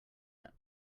yet